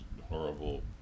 horrible